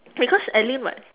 because alyn [what]